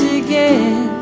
again